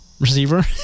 receiver